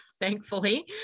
thankfully